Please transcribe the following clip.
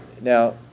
now